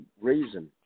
reason